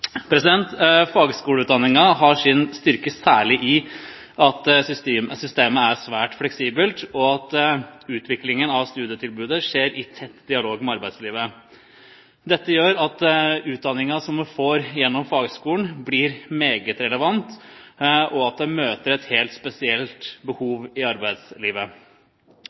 har sin styrke særlig i at systemet er svært fleksibelt, og at utviklingen av studietilbudet skjer i tett dialog med arbeidslivet. Dette gjør at utdanningen som man får gjennom fagskolen, blir meget relevant, og at den møter et helt spesielt behov i arbeidslivet.